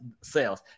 sales